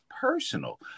personal